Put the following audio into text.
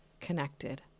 connected